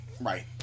right